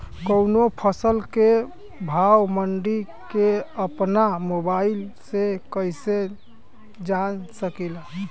कवनो फसल के भाव मंडी के अपना मोबाइल से कइसे जान सकीला?